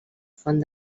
font